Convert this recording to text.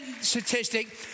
statistic